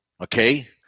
Okay